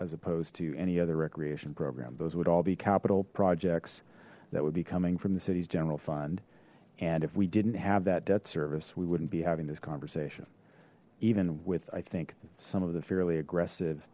as opposed to any other recreation program those would all be capital projects that would be coming from the city's general fund and if we didn't have that debt service we wouldn't be having this conversation even with i think some of the fairly aggressive